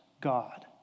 God